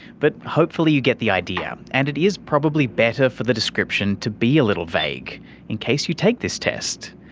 but hopefully you get the idea. and it is probably better for the description to be a little vague in case you take this test.